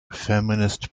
feminist